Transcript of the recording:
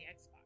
xbox